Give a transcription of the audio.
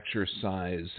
exercise